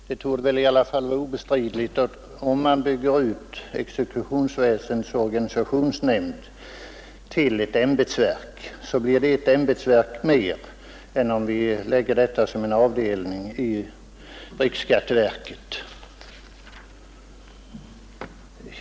Herr talman! Det torde i alla fall vara obestridligt att man, om man bygger ut exekutionsväsendets organisationsnämnd till ett ämbetsverk, får ett ämbetsverk mer än om man fogar nämnden till riksskatteverket som en avdelning i detta.